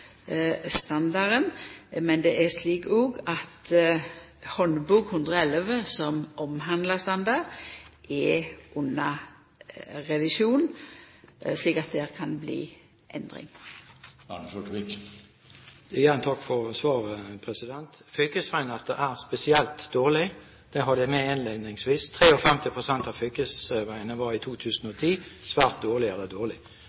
Men det er òg slik at Handbok 111, som omhandlar standard, er under revisjon, så der kan det bli endring. Igjen takk for svaret. Fylkesveinettet er spesielt dårlig – det hadde jeg med innledningsvis. 53 pst. av fylkesveiene var i 2010 svært dårlige eller